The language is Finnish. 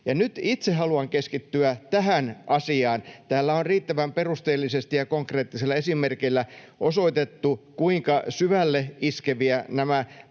nyt itse haluan keskittyä tähän asiaan. Täällä on riittävän perusteellisesti ja konkreettisilla esimerkeillä osoitettu, kuinka syvälle iskeviä nämä